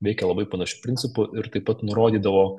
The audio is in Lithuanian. veikia labai panašiu principu ir taip pat nurodydavo